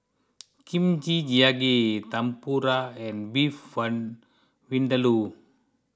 Kimchi Jjigae Tempura and Beef Vindaloo